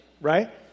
right